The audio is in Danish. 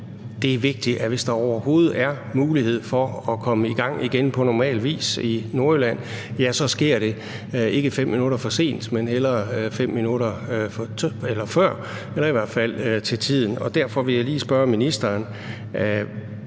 det er vigtigt, hvis der overhovedet er mulighed for at komme i gang igen på normal vis i Nordjylland, at det så ikke sker 5 minutter for sent, men hellere 5 minutter før eller i hvert fald til tiden, og derfor vil jeg lige spørge ministeren: